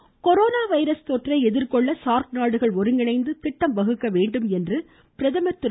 Narendra Modi corona virus தொற்றை எதிர்கொள்ள SAARC நாடுகள் ஒருங்கிணைந்து திட்டம் வகுக்க வேண்டும் என்று பிரதமர் திரு